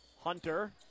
hunter